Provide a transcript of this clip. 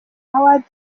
awards